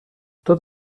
tot